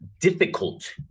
difficult